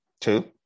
two